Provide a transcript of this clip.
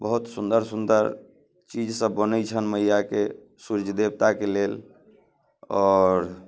बहुत सुन्दर सुन्दर चीज सब बनै छनि मैयाके सूर्य देवताके लेल आओर